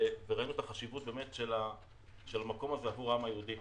וראינו את החשיבות של המקום הזה עבור העם היהודי.